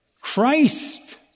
Christ